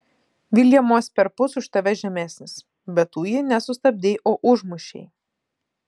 viljamas perpus už tave žemesnis bet tu jį ne sustabdei o užmušei